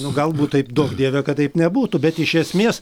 nu galbūt taip duok dieve kad taip nebūtų bet iš esmės